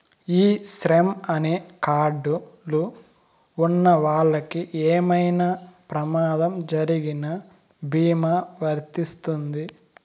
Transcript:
ఈ శ్రమ్ అనే కార్డ్ లు ఉన్నవాళ్ళకి ఏమైనా ప్రమాదం జరిగిన భీమా వర్తిస్తుంది